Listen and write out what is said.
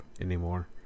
anymore